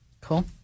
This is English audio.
Cool